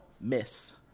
miss